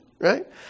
right